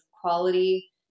quality